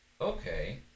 Okay